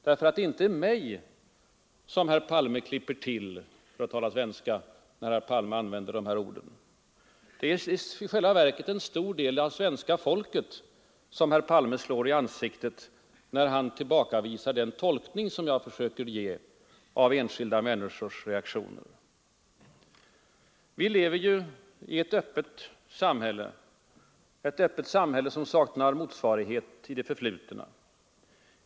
Det är inte mig herr Palme klipper till — för att tala svenska — när han använder dessa ord. Det är i själva verket en stor del av svenska folket som herr Palme slår i ansiktet, när han tillbakavisar den tolkning jag försöker ge av enskilda människors reaktioner. Vi lever i ett öppet samhälle, som saknar motsvarighet i det förflutna.